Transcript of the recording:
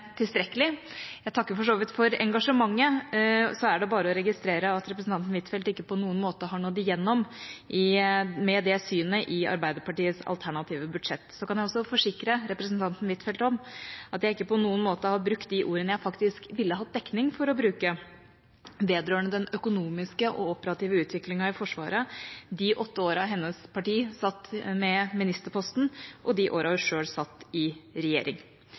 tilstrekkelig. Jeg takker for så vidt for engasjementet. Så er det bare å registrere at representanten Huitfeldt ikke på noen måte har nådd igjennom med det synet i Arbeiderpartiets alternative budsjett. Jeg kan også forsikre representanten Huitfeldt om at jeg ikke på noen måte har brukt de ordene jeg faktisk ville hatt dekning for å bruke vedrørende den økonomiske og operative utviklingen i Forsvaret de åtte årene hennes parti satt med ministerposten, og de årene hun selv satt i regjering.